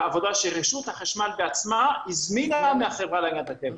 אלא עבודה שרשות החשמל עצמה הזמינה מהחברה להגנת הטבע.